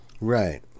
Right